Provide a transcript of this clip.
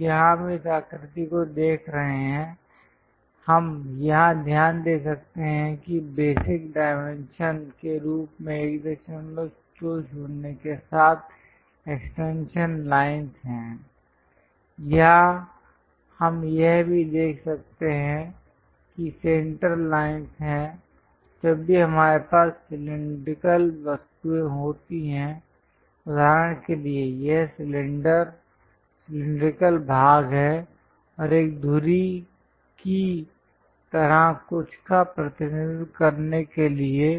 यहाँ हम इस आकृति को देख रहे हैं हम यहाँ ध्यान दे सकते हैं कि बेसिक डाइमेंशन के रूप में 120 के साथ एक्सटेंशन लाइंस हैं यहाँ हम यह भी देख सकते हैं कि सेंटर लाइंस हैं जब भी हमारे पास सिलैंडरिकल वस्तुएं होती हैं उदाहरण के लिए यह सिलेंडर सिलैंडरिकल भाग हैं और एक धुरी की तरह कुछ का प्रतिनिधित्व करने के लिए